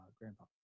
grandpa